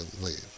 leave